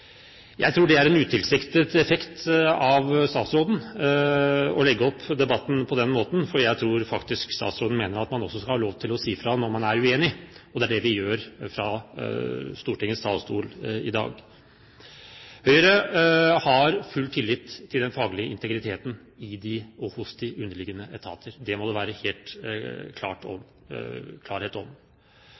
Jeg tror det er en utilsiktet effekt av statsråden å legge opp debatten på den måten, for jeg tror faktisk statsråden mener at man også skal ha lov til å si fra når man er uenig, og det er det vi gjør fra Stortingets talerstol i dag. Høyre har full tillit til den faglige integriteten i og hos de underliggende etater. Det må det være klarhet om.